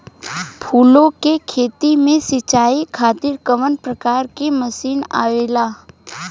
फूलो के खेती में सीचाई खातीर कवन प्रकार के मशीन आवेला?